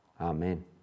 Amen